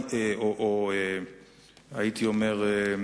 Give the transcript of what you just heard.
או ההסברה בשמה הקודם,